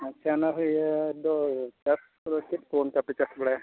ᱟᱪᱪᱷᱟ ᱱᱚᱣᱟ ᱦᱩᱭ ᱤᱭᱟᱹ ᱫᱚ ᱪᱟᱥ ᱠᱚᱫᱚ ᱪᱮᱫ ᱠᱚ ᱚᱱᱠᱟ ᱯᱮ ᱪᱟᱥ ᱵᱟᱲᱟᱭᱟ